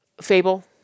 fable